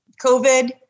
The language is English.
COVID